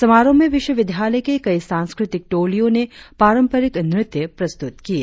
समारोह में विश्वविद्यालय के कई सांस्कृति टोलियों ने पारंपरिक नृत्य प्रस्तुत किए